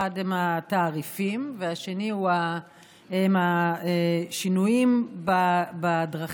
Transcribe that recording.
אחד הוא התעריפים והשני הוא השינויים בדרכים,